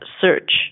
search